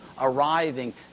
arriving